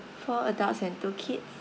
four adults and two kids